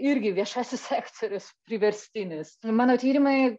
irgi viešasis sektorius priverstinis mano tyrimai